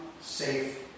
safe